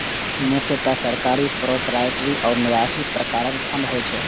मुख्यतः सरकारी, प्रोपराइटरी आ न्यासी प्रकारक फंड होइ छै